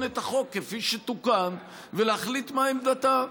את החוק כפי שתוקן ולהחליט מה עמדתה.